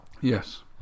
Yes